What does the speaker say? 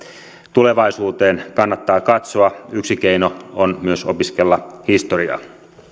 tulevaisuuteen kannattaa katsoa yksi keino on myös opiskella historiaa